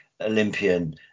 Olympian